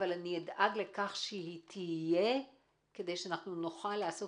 אך אדאג לכך שתהיה כדי שנוכל לעשות